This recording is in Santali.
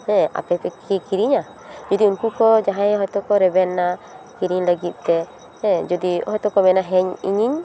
ᱦᱮᱸ ᱟᱯᱮ ᱯᱮ ᱠᱤᱨᱤᱧᱟ ᱡᱩᱫᱤ ᱩᱱᱠᱩ ᱠᱚ ᱡᱟᱦᱟᱸᱭ ᱦᱳᱭᱛᱳ ᱠᱚ ᱨᱮᱵᱮᱱ ᱮᱱᱟ ᱠᱤᱨᱤᱧ ᱞᱟᱹᱜᱤᱫ ᱛᱮ ᱦᱮᱸ ᱡᱩᱫᱤ ᱦᱳᱭᱛᱳ ᱠᱚ ᱢᱮᱱᱟ ᱤᱧᱤᱧ